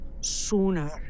sooner